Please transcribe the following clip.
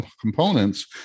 components